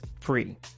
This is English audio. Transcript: free